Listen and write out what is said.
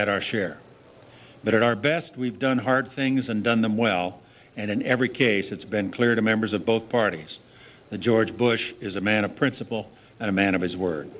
had our share but our best we've done hard things and done them well and in every case it's been clear to members of both parties that george bush is a man of principle and a man of his word